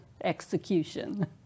Execution